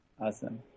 Awesome